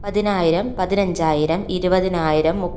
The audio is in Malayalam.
പതിനായിരം പതിനഞ്ചായിരം ഇരുപതിനായിരം മുപ്പതിനായിരം നാൽപ്പതിനായിരം